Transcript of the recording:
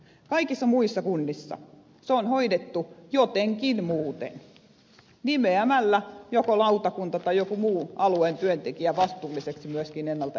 kaikissa muissa kunnissa se on hoidettu jotenkin muuten nimeämällä joko lautakunta tai joku muun alueen työntekijä vastuulliseksi myöskin ennalta ehkäisevästä päihdetyöstä